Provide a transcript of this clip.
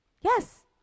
Yes